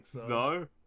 No